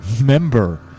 member